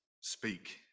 speak